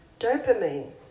Dopamine